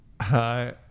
Hi